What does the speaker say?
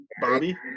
Bobby